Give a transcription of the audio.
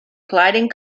gliding